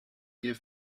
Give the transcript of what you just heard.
give